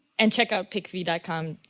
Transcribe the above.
and check out pickv com.